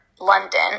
London